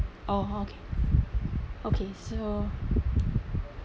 oh okay okay so